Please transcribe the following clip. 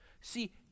See